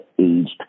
aged